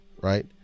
right